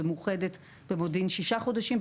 במאוחדת במודיעין שישה חודשים,